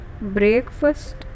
Breakfast